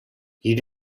you